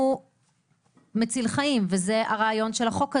הוא מציל חיים וזה הרעיון של החוק הזה.